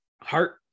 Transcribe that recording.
heart